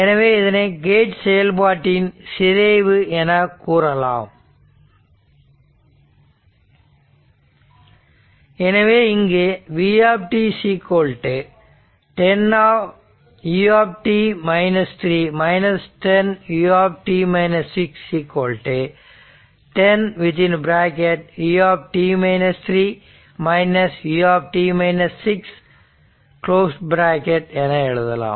எனவே இதனை கேட் செயல்பாட்டின் சிதைவு எனக் கூறலாம் எனவே இங்கு v 10 u 10 u 10 u u என எழுதலாம்